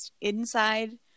inside